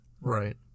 Right